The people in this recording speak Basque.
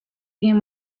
egin